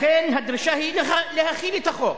לכן, הדרישה היא להחיל את החוק.